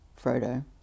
Frodo